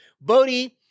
Bodhi